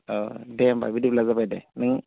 अ दे होमब्ला बिदिब्ला जाबाय दे नों